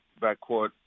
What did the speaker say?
backcourt